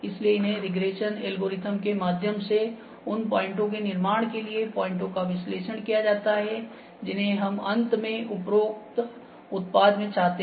इसलिए इन्हें regression algorithm के माध्यम से उन पॉइंटो के निर्माण के लिए पॉइंटो का विश्लेषण किया जा सकता है जिन्हें हम अंत में उपरोक्त उत्पाद में चाहते हैं